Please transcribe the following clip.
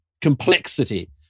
complexity